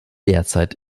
derzeit